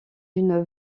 une